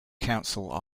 counsel